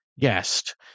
guest